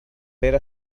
pere